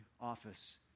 office